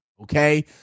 okay